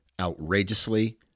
outrageously